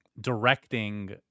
directing